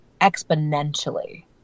exponentially